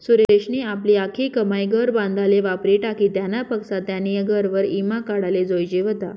सुरेशनी आपली आख्खी कमाई घर बांधाले वापरी टाकी, त्यानापक्सा त्यानी घरवर ईमा काढाले जोयजे व्हता